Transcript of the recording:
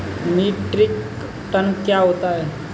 Metric ton क्या होता है?